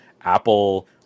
Apple